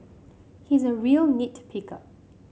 he is a real nit picker